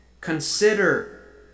Consider